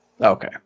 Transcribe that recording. Okay